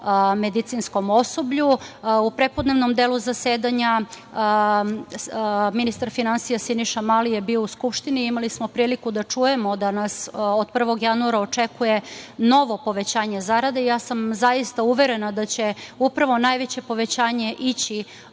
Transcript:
medicinskom osoblju.U prepodnevnom delu zasedanja ministar finansija Siniša Mali je bio u Skupštini i imali smo prilike da čujemo da nas od 1. januara očekuje novo povećanje zarada. Ja sam zaista uverena da će upravo najveće povećanje ići